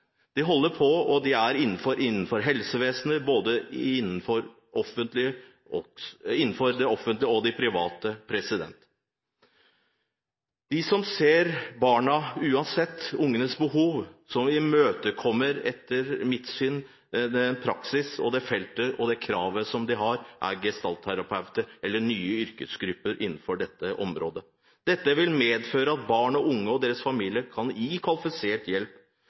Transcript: De holder på innenfor helsevesenet, både det offentlige og det private. De ser utsatte barn og unges behov. Etter mitt syn imøtekommer de praksisfeltets krav. Gestaltterapeuter er en ny yrkesgruppe innenfor dette området. Dette vil medføre at barn og unge og deres familier kan gis kvalifisert hjelp.